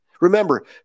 Remember